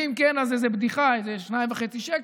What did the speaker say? ואם כן, אז איזו בדיחה, 2.5 שקלים.